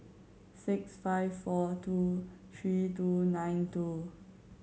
six five four two three two nine two